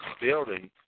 building